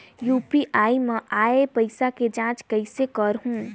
UPI मा आय पइसा के जांच कइसे करहूं?